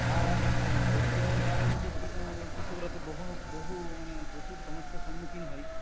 আর লোডশেডিংয়ের কারণে তো কৃষকরা তো বহু বহু মানে প্রচুর সমস্যার সম্মুখীন হয়